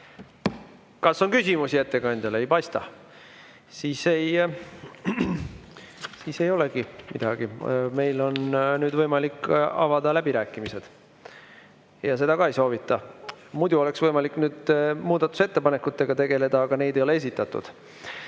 Kas on küsimusi ettekandjale? Ei paista. Siis ei olegi midagi, meil on nüüd võimalik avada läbirääkimised. Seda ka ei soovita. Muidu oleks võimalik muudatusettepanekutega tegeleda, aga neid ei ole esitatud.